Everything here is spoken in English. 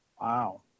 wow